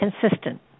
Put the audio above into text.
consistent